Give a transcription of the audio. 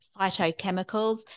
phytochemicals